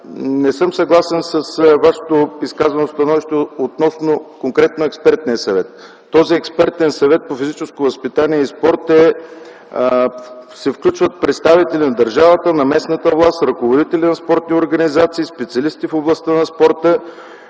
Не съм съгласен с Вашето изказано становище относно, конкретно, експертния съвет. В този експертен съвет по физическо възпитание и спорт се включват представители на държавата, на местната власт, ръководители на спортни организации, специалисти в областта на спорта.